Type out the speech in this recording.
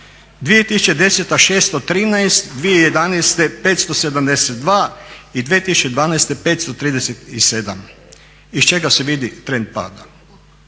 2010. 613, 2011. 572, i 2012. 537. Iz čega se vidi trend pada.